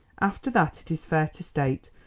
after that, it is fair to state,